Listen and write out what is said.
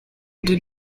did